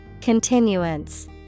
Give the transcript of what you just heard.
Continuance